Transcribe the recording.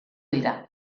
dira